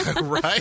Right